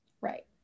Right